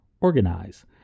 Organize